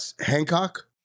Hancock